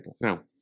Now